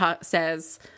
says